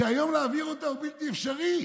שלהעביר אותה היום זה בלתי אפשרי,